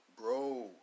bro